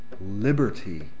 liberty